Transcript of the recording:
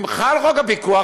ואם חל חוק הפיקוח,